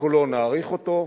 אנחנו לא נאריך אותו.